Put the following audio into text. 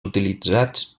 utilitzats